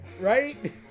right